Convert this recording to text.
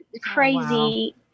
crazy